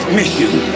mission